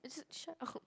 it's just shut up